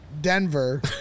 Denver